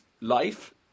life